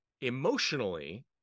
emotionally